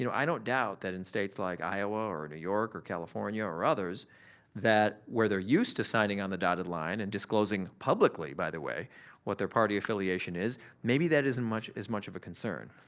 you know i don't doubt that in states like iowa or new york or california or others that where they're used to signing on the dotted line and disclosing publicly by the way what their party affiliation is, maybe that isn't as much of a concern.